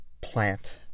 plant